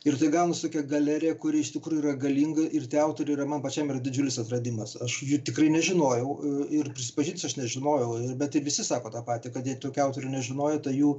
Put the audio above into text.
ir tai gaunasi tokia galerija kuri iš tikrųjų yra galinga ir tie autoriai yra man pačiam ir didžiulis atradimas aš jų tikrai nežinojau ir prisipažinsiu aš nežinojau bet ir visi sako tą patį kad jie tokių autorių nežinojo tai jų